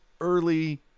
early